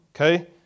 Okay